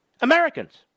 Americans